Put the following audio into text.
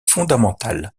fondamental